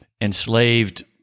enslaved